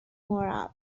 morale